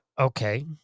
Okay